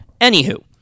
Anywho